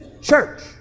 church